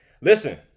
listen